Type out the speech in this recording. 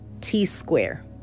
t-square